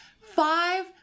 five